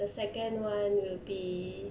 the second [one] will be